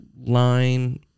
line